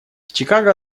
чикаго